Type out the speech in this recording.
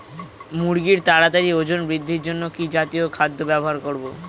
মুরগীর তাড়াতাড়ি ওজন বৃদ্ধির জন্য কি জাতীয় খাদ্য ব্যবহার করব?